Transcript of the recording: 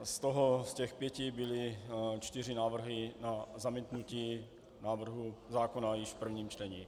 Z těch pěti byly čtyři návrhy na zamítnutí návrhu zákona již v prvním čtení.